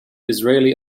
israeli